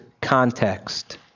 context